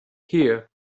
here